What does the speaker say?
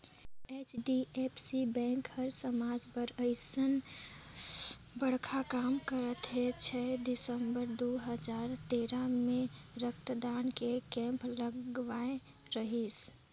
HDFC bank हर समाज बर अइसन बड़खा काम करत हे छै दिसंबर दू हजार तेरा मे रक्तदान के केम्प लगवाए रहीस